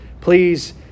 Please